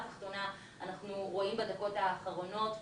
בבית חולים פסיכיאטרי"